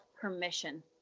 permission